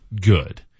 good